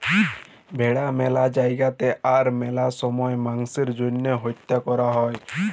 ভেড়া ম্যালা জায়গাতে আর ম্যালা সময়ে মাংসের জ্যনহে হত্যা ক্যরা হ্যয়